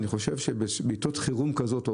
אני חושב שבעתות חירום כזאת,